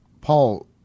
Paul